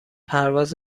پرواز